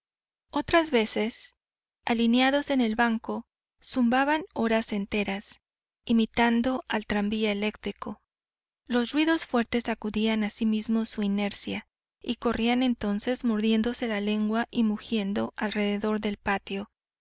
otras veces alineados en el banco zumbaban horas enteras imitando al tranvía eléctrico los ruidos fuertes sacudían asimismo su inercia y corrían entonces mordiéndose la lengua y mugiendo alrededor del patio